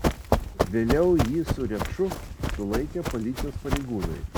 vėliau jį su repšu sulaikė policijos pareigūnai